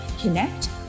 connect